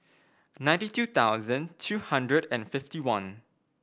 ninety two thousand two hundred and fifty one